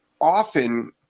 often